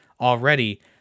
already